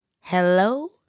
Hello